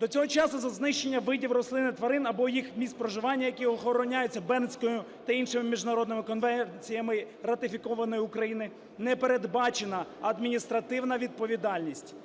До цього часу за знищення видів рослин і тварин або їх місць проживання, які охороняються Бернською та іншими міжнародними конвенціями, ратифікованих Україною, не передбачена адміністративна відповідальність.